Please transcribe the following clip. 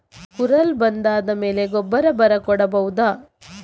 ಕುರಲ್ ಬಂದಾದ ಮೇಲೆ ಗೊಬ್ಬರ ಬರ ಕೊಡಬಹುದ?